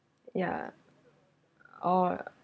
yeah oh